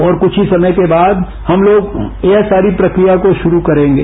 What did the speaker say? और कुछ ही समय बाद हम लोग यह सारी प्रक्रिया को शुरू करेंगे